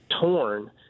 torn